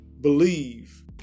believe